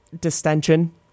distension